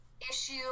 issue